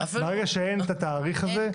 מרגע שאין את התאריך הזה,